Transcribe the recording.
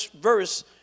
verse